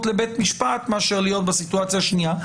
לבית משפט מאשר להיות בסיטואציה השנייה.